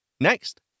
next